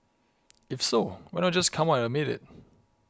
if so why not just come out and admit it